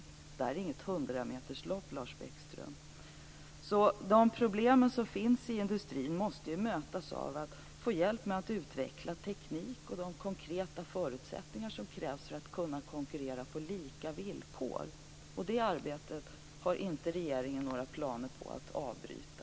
Men det här är inget hundrameterslopp, Lars Bäckström! De problem som finns i industrin måste mötas med att man får hjälp med att utveckla tekniken och de konkreta förutsättningar som krävs för att kunna konkurrera på lika villkor. Det arbetet har regeringen inte några planer på att avbryta.